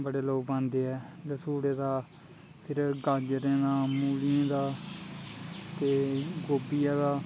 बड़े लोक पांदे ऐ लसूड़े दा फिर गाजरें दा मूलियें दा ते गोभियै दा